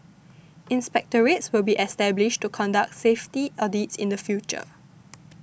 inspectorates will be established to conduct safety audits in the future